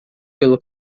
pelo